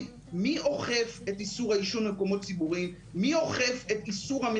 מי אוכף את איסור העישון במקומות ציבוריים,